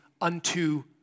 unto